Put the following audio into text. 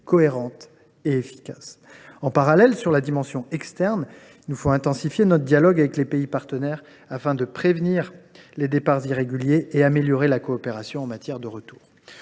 cohérente et efficace. En parallèle, concernant la dimension externe, il nous faut intensifier notre dialogue avec les pays partenaires afin de prévenir les départs irréguliers et d’améliorer la coopération en matière de retour.